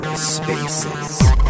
Spaces